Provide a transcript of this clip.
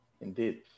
Indeed